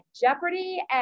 Jeopardy